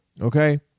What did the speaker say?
Okay